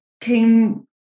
came